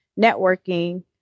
networking